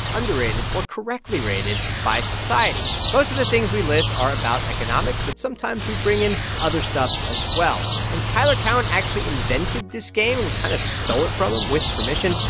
underrated or correctly rated by society. most of the things we list are about economics, but sometimes we bring in other stuff as well. and tyler cowen actually invented this game. we kind of stole it from him with permission.